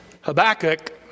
Habakkuk